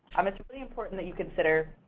um it's really important that you consider,